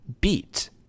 beat